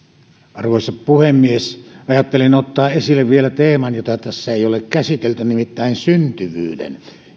arvoisa puhemies ajattelin vielä ottaa esille teeman jota tässä ei ole käsitelty nimittäin syntyvyyden